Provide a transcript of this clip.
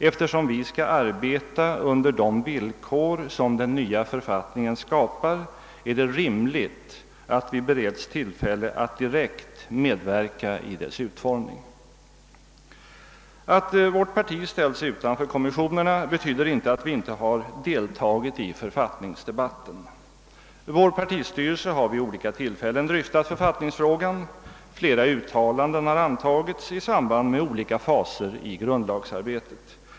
Eftersom vi skall arbeta under de villkor som den nya författningen skapar är det rimligt att vi också bereds tillfälle att direkt medverka i dess utformning. Att vårt parti ställts utanför kommissionerna betyder inte att vi inte har deltagit i författningsdebatten. Vår partistyrelse har vid olika tillfällen dryftat författningsfrågan, och flera uttalanden har antagits i samband med olika faser i grundlagsarbetet.